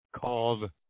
called